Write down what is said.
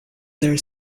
their